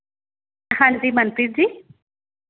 ਹਾਂਜੀ ਮਨਪ੍ਰੀਤ ਜੀ